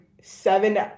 seven